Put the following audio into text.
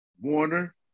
Warner